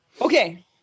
okay